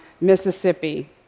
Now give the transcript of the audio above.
Mississippi